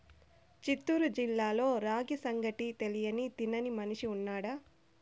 చిత్తూరు జిల్లాలో రాగి సంగటి తెలియని తినని మనిషి ఉన్నాడా